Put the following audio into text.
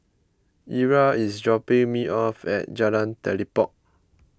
Ira is dropping me off at Jalan Telipok